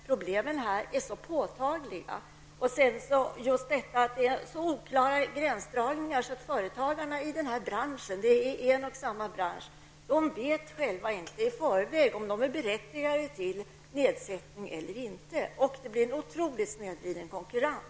Problemen är så påtagliga och gränsdragningarna är så oklara att företagarna i branschen vet själva inte i förväg om de är berättigade till nedsättning eller inte. Det blir då en otroligt snedvriden konkurrens.